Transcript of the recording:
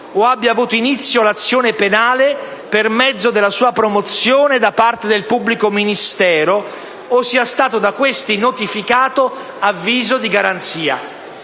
o abbia avuto inizio l'azione penale per mezzo della sua promozione da parte del pubblico ministero o sia stato da questi notificato avviso di garanzia.